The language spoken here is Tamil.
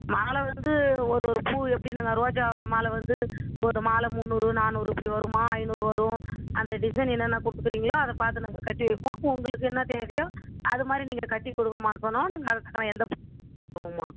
மாலை வந்து ஒரு ஒரு பூ எப்படி நம்ம ரோஜா மாலை வந்து ஒரு மாலை முன்னூறு நானூறு இப்படி வரும்மா ஐநூறு வரும் அந்த டிசைன் என்னென்ன கொடுக்குறீங்களோ அதை பார்த்து நாங்கள் கட்டி வைப்போம் உங்களுக்கு என்ன தேவையோ அதுமாதிரி நீங்கள் கட்டிக்கொடுங்கம்மானு சொன்னால் நாங்கள் அதுக்கான எந்த